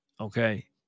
Okay